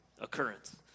occurrence